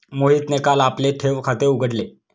मोहितने काल आपले ठेव खाते उघडले